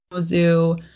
Zoo